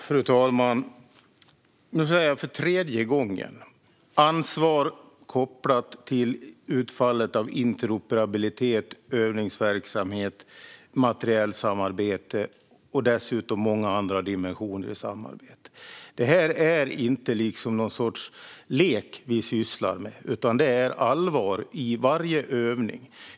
Fru talman! Jag säger för tredje gången: ansvar kopplat till utfallet av interoperabilitet, övningsverksamhet, materielsamarbete och dessutom många andra dimensioner i samarbetet. Det är inte någon sorts lek vi sysslar med. Det är allvar i varje övning.